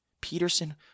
Peterson